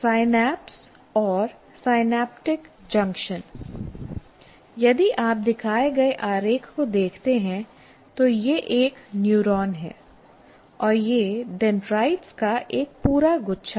synapse और synaptic junction यदि आप दिखाए गए आरेख को देखते हैं तो यह एक न्यूरॉन है और ये डेंड्राइट्स का एक पूरा गुच्छा है